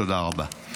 תודה רבה.